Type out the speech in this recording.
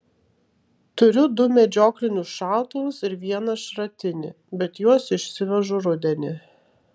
turiu du medžioklinius šautuvus ir vieną šratinį bet juos išsivežu rudenį